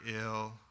ill